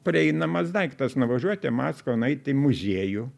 prieinamas daiktas nuvažiuot į maskvą nueit į muziejų